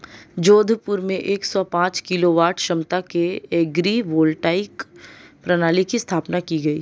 जोधपुर में एक सौ पांच किलोवाट क्षमता की एग्री वोल्टाइक प्रणाली की स्थापना की गयी